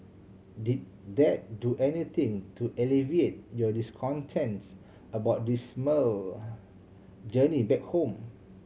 did that do anything to alleviate your discontents about dismal journey back home